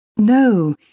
No